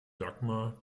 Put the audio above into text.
dagmar